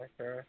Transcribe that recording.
Okay